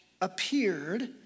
appeared